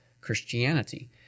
Christianity